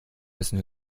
müssen